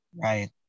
Right